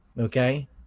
okay